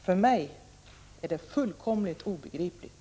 För mig är det fullkomligt obegripligt.